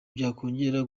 byakongera